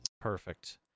perfect